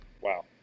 wow